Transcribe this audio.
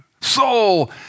Soul